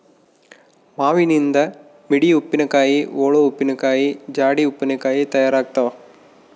ಮಾವಿನನಿಂದ ಮಿಡಿ ಉಪ್ಪಿನಕಾಯಿ, ಓಳು ಉಪ್ಪಿನಕಾಯಿ, ಜಾಡಿ ಉಪ್ಪಿನಕಾಯಿ ತಯಾರಾಗ್ತಾವ